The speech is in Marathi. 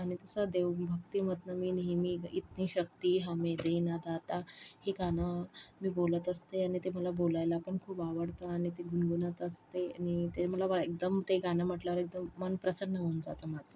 आणि तसं देवभक्तीमधनं मी नेहमी इतनी शक्ती हमें देना दाता हे गाणं मी बोलत असते आणि ते मला बोलायला पण खूप आवडतं आणि ते गुणगुणत असते आणि ते मला एकदम ते गाणं म्हटल्यावर मन प्रसन्न होऊन जातं माझं